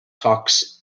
talks